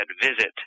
visit